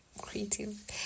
creative